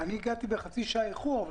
אני הגעתי בחצי שעה איחור,